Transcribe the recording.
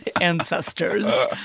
ancestors